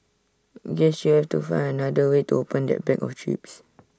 guess you have to find another way to open that bag of chips